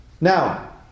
Now